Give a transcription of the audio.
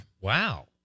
Wow